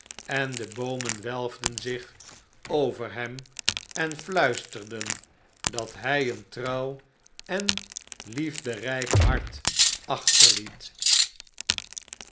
en de boomen welfden zich over hemenfiuisterden dat hij een trouw en liefderijk hart achterliet